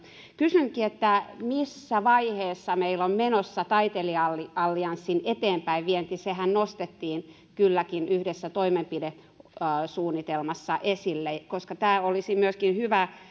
kysynkin missä vaiheessa meillä on menossa taiteilija allianssin eteenpäinvienti sehän nostettiin kylläkin yhdessä toimenpidesuunnitelmassa esille koska tämä olisi myöskin hyvä